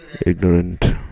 ignorant